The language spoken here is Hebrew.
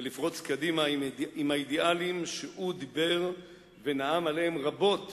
ולפרוץ קדימה עם האידיאלים שהוא דיבר ונאם עליהם רבות